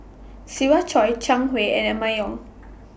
Siva Choy Zhang Hui and Emma Yong